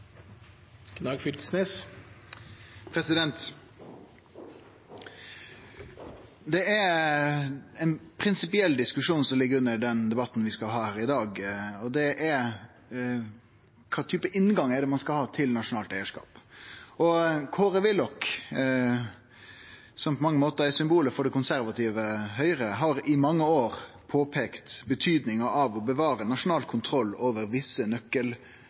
ein prinsipiell diskusjon som ligg under den debatten vi skal ha her i dag, og det er kva type inngang ein skal ha til nasjonal eigarskap. Kåre Willoch, som på mange måtar er symbolet for det konservative Høgre, har i mange år peika på betydinga av å bevare nasjonal kontroll over visse